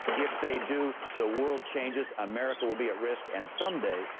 if they do, the world changes. america will be at risk. and some day,